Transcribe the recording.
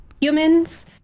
humans